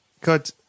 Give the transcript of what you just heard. God